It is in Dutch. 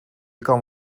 kan